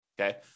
Okay